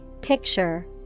picture